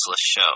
show